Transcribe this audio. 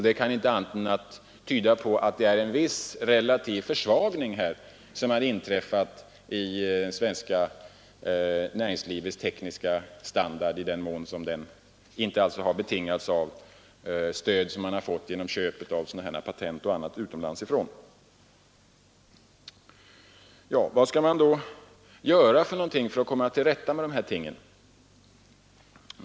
Det kan inte tyda på någonting annat än att en viss relativ försvagning inträffat i det svenska näringslivets tekniska standard, i den mån den inte betingas av stöd man fått genom köp av patent och annat från utlandet. Vad skall vi då göra för att komma till rätta med detta?